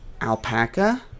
alpaca